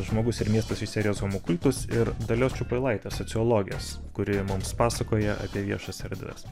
žmogus ir miestas iš serijos homo kultus ir dalios čiupailaitės sociologės kuri mums pasakoja apie viešas erdves